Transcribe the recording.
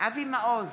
אבי מעוז,